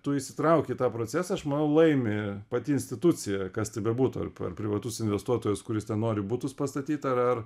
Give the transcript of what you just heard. tu įsitrauki į tą procesą aš laimi pati institucija kas tai bebūtų ar ar privatus investuotojas kuris ten nori butus pastatyt ar ar